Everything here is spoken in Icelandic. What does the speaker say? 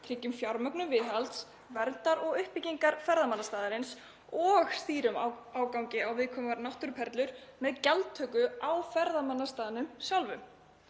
tryggjum fjármögnun viðhalds, verndar og uppbyggingar ferðamannastaða og stýrum ágangi á viðkvæmar náttúruperlur með gjaldtöku á ferðamannastöðunum sjálfum.